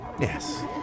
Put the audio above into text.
Yes